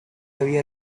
había